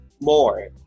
more